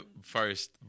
first